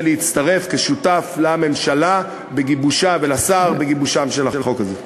להצטרף כשותף לממשלה ולשר בגיבושו של החוק הזה.